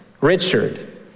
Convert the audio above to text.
Richard